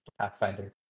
Pathfinder